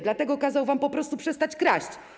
Dlatego kazał wam po prostu przestać kraść.